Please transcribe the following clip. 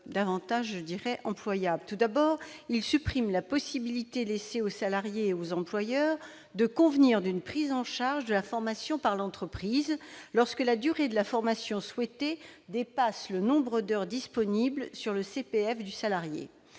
être plus employable. Pour commencer, il tend à supprimer la possibilité laissée aux salariés et aux employeurs de convenir d'une prise en charge de la formation par l'entreprise, lorsque la durée de la formation souhaitée dépasse le nombre d'heures disponibles sur le CPF du salarié.